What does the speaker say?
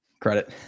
Credit